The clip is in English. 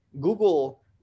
google